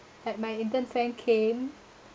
at my intern friend came